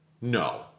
No